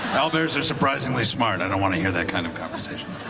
owlbears are surprisingly smart. i don't want to hear that kind of conversation.